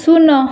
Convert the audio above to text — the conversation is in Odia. ଶୂନ